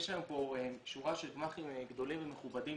יש היום שורה של גמ"חים גדולים ומכובדים,